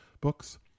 books